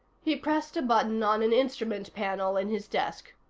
he pressed a button on an instrument panel in his desk.